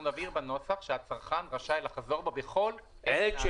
אנחנו נבהיר בנוסח שהצרכן רשאי לחזור בו בכל עת מההסכמה.